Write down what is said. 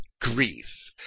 grief